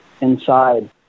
inside